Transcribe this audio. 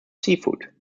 seafood